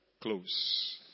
close